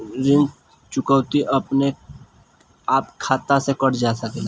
ऋण चुकौती अपने आप खाता से कट सकेला?